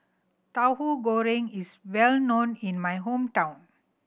Tahu Goreng is well known in my hometown